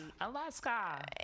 Alaska